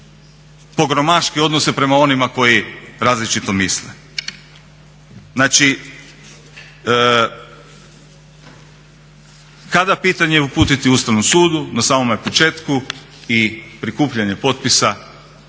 pogromaški odnose prema onima koji različito misle. Znači kada pitanje uputiti Ustavnom sudu, na samome početku i prikupljanje potpisa